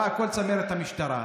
באה כל צמרת המשטרה,